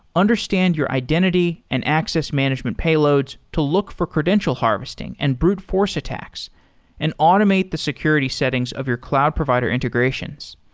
understand your identity and access management payloads to look for credential harvesting and brute force attacks and automate the security settings of your cloud provider integrations.